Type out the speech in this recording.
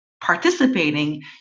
participating